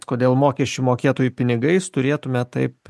kodėl mokesčių mokėtojų pinigais turėtume taip